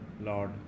lord